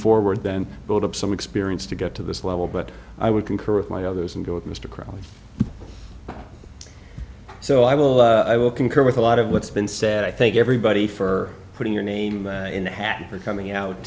forward then build up some experience to get to this level but i would concur with my others and go with mr crowley so i will i will concur with a lot of what's been said i thank everybody for putting your name in the hat for coming